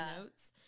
notes